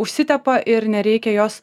užsitepa ir nereikia jos